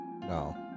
No